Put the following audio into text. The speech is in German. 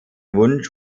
wunsch